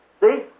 See